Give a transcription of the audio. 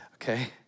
Okay